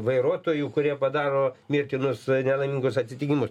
vairuotojų kurie padaro mirtinus nelaimingus atsitikimus